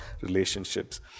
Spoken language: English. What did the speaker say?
relationships